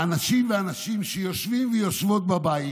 האנשים והנשים שיושבים ויושבות בבית